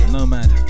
Nomad